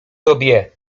tobie